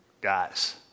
Guys